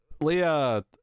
Leah